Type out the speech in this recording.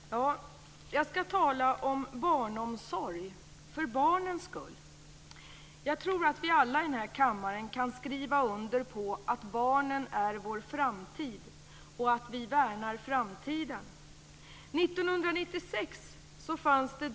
Fru talman! Jag skall tala om barnomsorg för barnens skull. Jag tror att vi alla i kammaren kan skriva under på att barnen är vår framtid och att vi värnar framtiden.